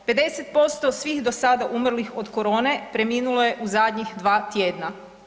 50% svih do sada umrlih od korone preminulo je u zadnjih 2 tjedna.